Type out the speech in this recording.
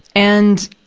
and,